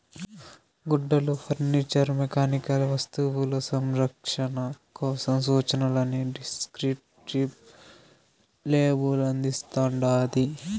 గుడ్డలు furniture mechanical వస్తువులు సంరక్షణ కోసం సూచనలని డిస్క్రిప్టివ్ లేబుల్ అందిస్తాండాది